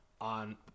on